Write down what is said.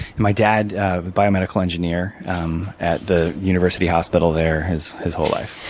my dad, biomedical engineer um at the university hospital there his his whole life.